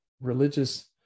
religious